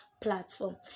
platform